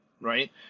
right